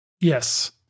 Yes